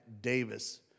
Davis